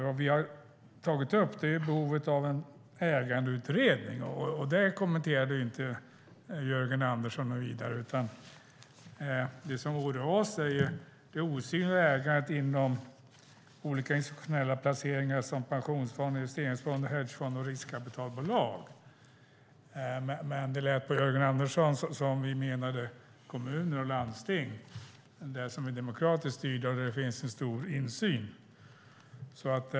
Vad vi har tagit upp är behovet av en ägandeutredning, och det kommenterade Jörgen Andersson inte något vidare. Det som oroar oss är det osynliga ägandet inom olika institutionella placeringar som pensionsfonder, investeringsfonder, hedgefonder och riskkapitalbolag. Det lät på Jörgen Andersson som att vi menade kommuner och landsting som är demokratiskt styrda och där det finns en stor insyn.